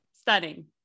Stunning